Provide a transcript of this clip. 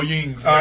Yings